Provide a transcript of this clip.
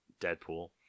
deadpool